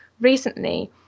recently